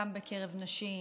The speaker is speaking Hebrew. גם בקרב נשים,